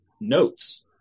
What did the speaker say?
notes